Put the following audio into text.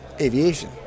aviation